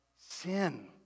sin